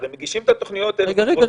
הרי הם מגישים את התוכניות כחלק מפרוצדורה.